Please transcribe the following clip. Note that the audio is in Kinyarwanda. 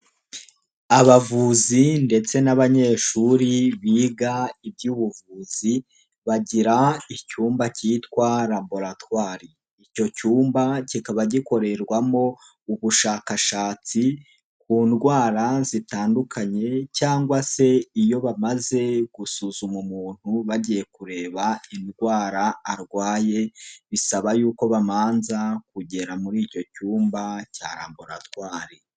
Abavuzi ndetse n'abanyeshuri biga iby'ubuvuzi bagira icyumba cyitwa raboratwari, icyo cyumba kikaba gikorerwamo ubushakashatsi ku ndwara zitandukanye cyangwa se iyo bamaze gusuzuma umuntu bagiye kureba indwara arwaye bisaba y'uko bamanza kugera muri icyo cyumba cya raboratwari.